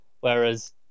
Whereas